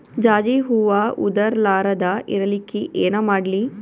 ಜಾಜಿ ಹೂವ ಉದರ್ ಲಾರದ ಇರಲಿಕ್ಕಿ ಏನ ಮಾಡ್ಲಿ?